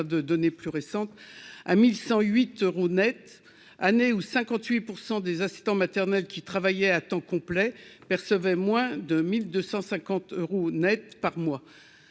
de données plus récentes à 1108 euros Net année où 58 % des assistants maternels qui travaillaient à temps complet percevaient moins de 1250 euros Net par mois,